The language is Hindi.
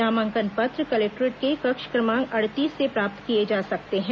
नामांकन पत्र कलेक्टोरेट के कक्ष क्रमांक अड़तीस से प्राप्त किए जा सकते हैं